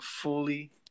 fully